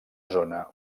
zona